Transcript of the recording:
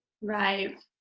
right